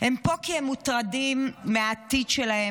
הם פה כי הם מוטרדים מהעתיד שלהם,